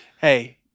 hey